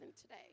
today